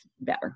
better